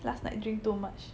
last night drink too much